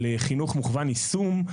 על חינוך מכוון יישום,